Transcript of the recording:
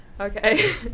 Okay